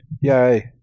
Yay